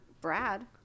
Brad